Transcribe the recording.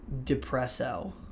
Depresso